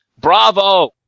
Bravo